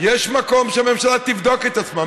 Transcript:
יש מקום שהממשלה תבדוק את עצמה.